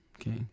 Okay